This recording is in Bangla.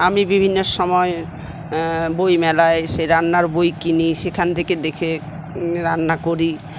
আমি বিভিন্ন সময় বইমেলায় এসে রান্নার বই কিনি সেখান থেকে দেখে রান্না করি